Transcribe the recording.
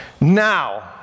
Now